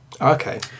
Okay